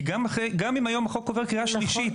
כי גם אם היום החוק עובר קריאה שלישית